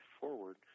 forward